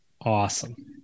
Awesome